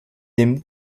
dem